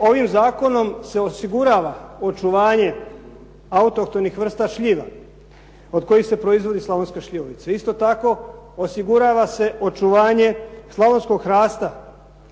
ovim zakonom se osigurava očuvanje autohtonih vrsta šljiva od kojih se proizvodi slavonska šljivovica. Isto tako osigurava se očuvanje slavonskog hrasta